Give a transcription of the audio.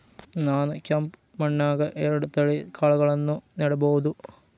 ನಾನ್ ಕೆಂಪ್ ಮಣ್ಣನ್ಯಾಗ್ ಎರಡ್ ತಳಿ ಕಾಳ್ಗಳನ್ನು ನೆಡಬೋದ?